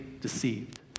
deceived